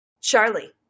Charlie